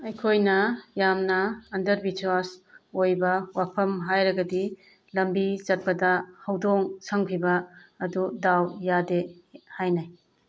ꯑꯩꯈꯣꯏꯅ ꯌꯥꯝꯅ ꯑꯟꯗꯕꯤꯁꯋꯥꯁ ꯑꯣꯏꯕ ꯋꯥꯐꯝ ꯍꯥꯏꯔꯒꯗꯤ ꯂꯝꯕꯤ ꯆꯠꯄꯗ ꯍꯧꯗꯣꯡ ꯁꯝꯈꯤꯕ ꯑꯗꯨ ꯗꯥꯎ ꯌꯥꯗꯦ ꯍꯥꯏꯅꯩ